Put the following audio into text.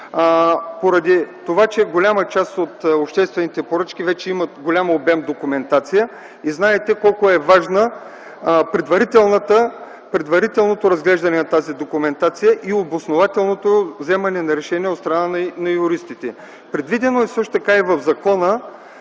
поради това, че голяма част от обществените поръчки вече имат голям обем документация. Знаете колко е важно предварителното разглеждане на тази документация и обоснованото вземане на решение от страна на юристите. Предвидено е също така в закона